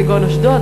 כגון אשדוד,